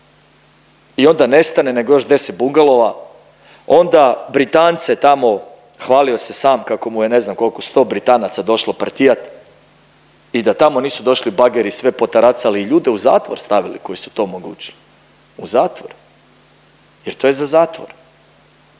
i onda nestane, nego još 10 bungalova. Onda Britance tamo hvalio se sam kako mu je ne znam koliko sto Britanaca došlo partijati i da tamo nisu došli bageri i sve potaracali i ljude u zatvor stavili koji su to omogućili, u zatvor, jer to je za zatvor.